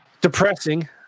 Depressing